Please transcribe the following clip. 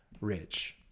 rich